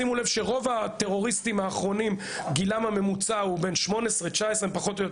שימו לב שרוב הטרוריסטים האחרונים בגילאי 18-19 ואפילו יותר